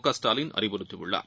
கஸ்டாலின் அறிவுறுத்தியுள்ளார்